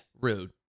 rude